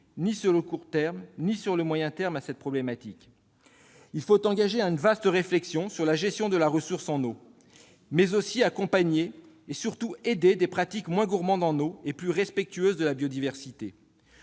soit sur le court terme ou sur le moyen terme. Il faut engager une vaste réflexion sur la gestion de la ressource en eau, mais aussi accompagner et soutenir des pratiques moins gourmandes en eau et plus respectueuses de la biodiversité.